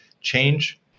change